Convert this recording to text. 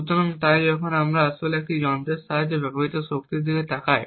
সুতরাং তাই যখন আমরা আসলে এই যন্ত্রের দ্বারা ব্যবহৃত শক্তির দিকে তাকাই